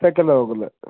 second ആവും അല്ലേ